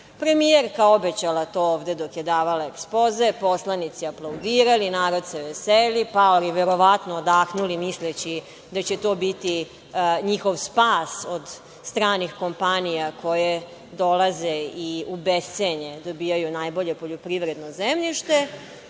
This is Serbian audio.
strancima. Premijerka obećala to ovde dok je davala ekspoze, poslanici aplaudirali, narod se veseli, paori verovatno odahnuli misleći da će to biti njihov spas od stranih kompanija koje dolaze i u bescenje dobijaju najbolje poljoprivredno zemljište,